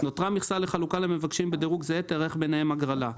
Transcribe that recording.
נותרה מכסה לחלוקה למבקשים בדרוג זהה תיערך ביניהם הגרלה,